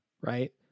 right